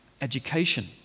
education